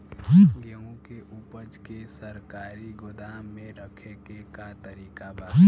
गेहूँ के ऊपज के सरकारी गोदाम मे रखे के का तरीका बा?